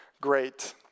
great